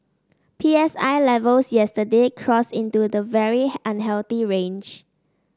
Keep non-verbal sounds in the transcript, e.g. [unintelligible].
P S I levels yesterday crossed into the very [unintelligible] unhealthy range